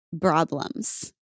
Problems